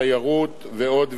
תיירות ועוד ועוד.